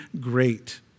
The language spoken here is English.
great